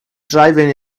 driving